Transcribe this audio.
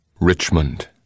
Richmond